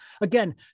again